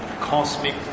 cosmic